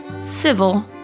civil